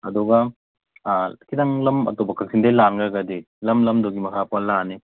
ꯑꯗꯨꯒ ꯈꯤꯇꯪ ꯂꯝ ꯑꯇꯣꯞꯄ ꯀꯛꯆꯤꯡꯗꯒꯤ ꯂꯥꯟꯈ꯭ꯔꯒꯗꯤ ꯂꯝ ꯂꯝꯗꯨꯒꯤ ꯃꯈꯥ ꯄꯣꯜꯂꯛꯑꯅꯤ